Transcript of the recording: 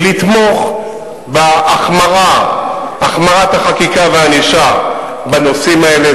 היא לתמוך בהחמרת החקיקה והענישה בנושאים האלה.